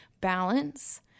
balance